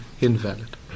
invalid